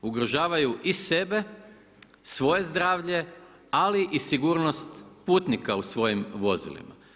Ugrožavaju i sebe, svoje zdravlje ali i sigurnost putnika u svojim vozilima.